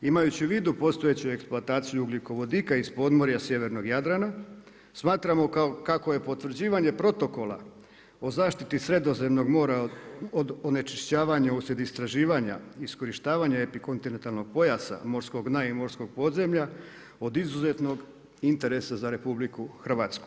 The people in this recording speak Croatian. Imajući u vidu postojeću eksploataciju ugljikovodika iz podmorja sjevernog Jadrana, smatramo kako je potvrđivanje protokola o zaštiti Sredozemnog mora od onečišćavanja uslijed istraživanja i iskorištavanja epikontinentalnog pojasa morskog dna i morskog podzemlja od izuzetnog interesa za RH.